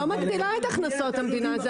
לא מגדילה את הכנסות המדינה.